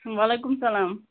وعلیکُم سلام